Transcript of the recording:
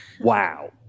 Wow